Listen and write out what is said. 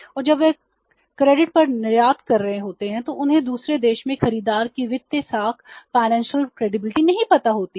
और जब वे क्रेडिट पर निर्यात कर रहे होते हैं तो उन्हें दूसरे देश में खरीदार की वित्तीय साख नहीं पता होती है